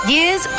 Years